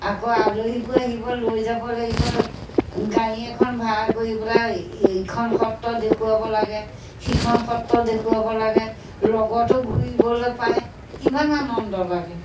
আকৌ আলহীবোৰ আহিব লৈ যাব লাগিব গাড়ী এখন ভাড়া কৰি পেলাই ইখন সত্ৰ দেখুৱাব লাগে সিখন সত্ৰ দেখুৱাব লাগে লগতো ঘূৰিবলৈ পায় কিমান আনন্দ লাগে